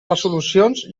resolucions